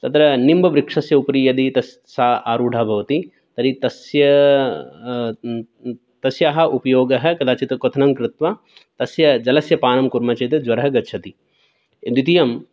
तत्र निम्बवृक्षस्य उपरि यदि तस् सा आरूढा भवति तर्हि तस्य तस्याः उपयोगः कदाचित् क्वथनं कृत्वा तस्य जलस्य पानं कुर्म चेत् ज्वरः गच्छति द्वितीयम्